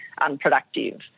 unproductive